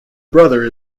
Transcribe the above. brother